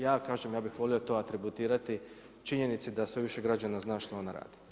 Ja kažem, ja bih volio to atributirati činjenici da sve više građana zna što ona radi.